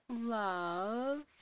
love